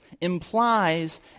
implies